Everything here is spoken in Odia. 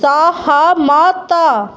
ସହମତ